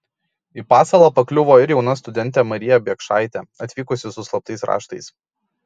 į pasalą pakliuvo ir jauna studentė marija biekšaitė atvykusi su slaptais raštais